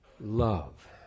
love